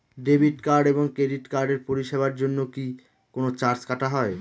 Debit card এবং credit কার্ডের পরিষেবার জন্য কি কোন চার্জ কাটা হয়?